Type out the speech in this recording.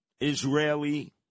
Israeli